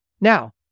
Now